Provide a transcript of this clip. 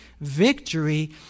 victory